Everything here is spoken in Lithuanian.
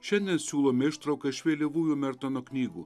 šiandien siūlome ištrauką iš vėlyvųjų mertono knygų